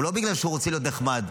לא בגלל שהוא רוצה להיות נחמד.